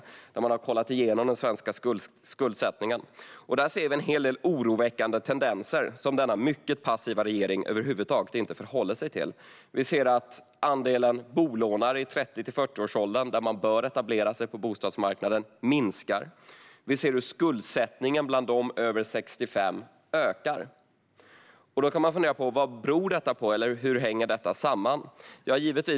De har kollat igenom den svenska skuldsättningen. Man kan i den se en hel del oroväckande tendenser som denna mycket passiva regering över huvud taget inte förhåller sig till. I rapporten anges att andelen bolånare i 30-40-årsåldern, då man bör etablera sig på bostadsmarknaden, minskar. Vi ser hur skuldsättningen bland dem över 65 år ökar. Vad beror detta på? Hur hänger detta samman?